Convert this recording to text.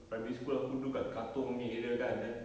primary school aku dulu kat katong punya area kan then